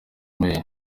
may